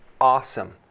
awesome